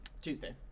Tuesday